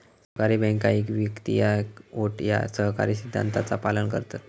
सहकारी बँका एक व्यक्ती एक वोट या सहकारी सिद्धांताचा पालन करतत